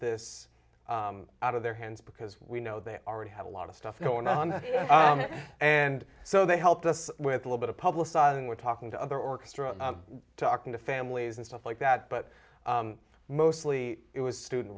this out of their hands because we know they already had a lot of stuff going on and so they helped us with a lot of publicizing we're talking to other orchestra talking to families and stuff like that but mostly it was student